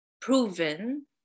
proven